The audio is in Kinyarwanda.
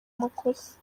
makosa